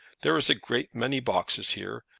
there is a great many boxes here,